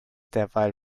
derweil